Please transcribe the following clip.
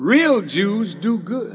real jews do good